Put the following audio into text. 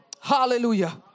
Hallelujah